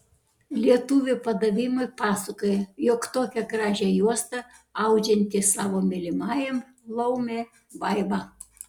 lietuvių padavimai pasakoja jog tokią gražią juostą audžianti savo mylimajam laumė vaiva